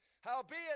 Howbeit